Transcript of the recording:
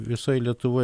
visoj lietuvoj